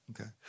Okay